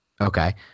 Okay